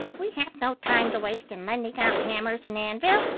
we have no time to waste in lending out hammers and anvil.